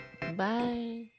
Bye